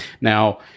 Now